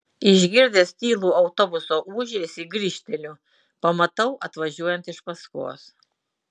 išgirdęs tylų autobuso ūžesį grįžteliu pamatau atvažiuojant iš paskos